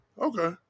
Okay